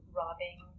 robbing